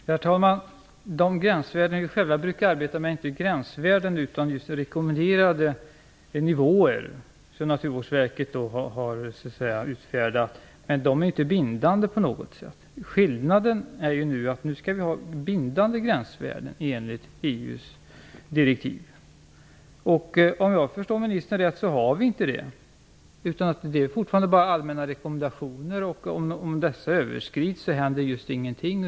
Herr talman! De gränsvärden vi själva brukar arbeta med är inte gränsvärden utan rekommenderade nivåer som Naturvårdsverket har utfärdat. Men de är inte bindande på något sätt. Skillnaden är att vi nu skall ha bindande gränsvärden enligt EU:s direktiv. Om jag förstår ministern rätt så har vi inte det. Det är fortfarande bara allmänna rekommendationer. Om dessa överskrids händer just ingenting.